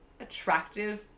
attractive